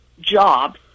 jobs